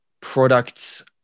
products